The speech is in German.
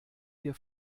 wir